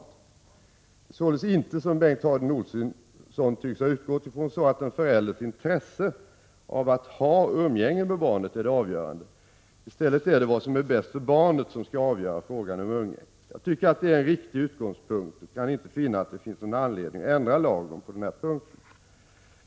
Det är således inte, som Bengt Harding Olson tycks ha utgått ifrån, så att en förälders intresse av att ha umgänge med barnet är det avgörande. I stället är det vad som är bäst för barnet som skall avgöra frågan om umgänge. Jag tycker att det är en riktig utgångspunkt och kan inte finna att det finns anledning att ändra lagen på denna punkt.